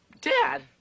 Dad